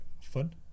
fun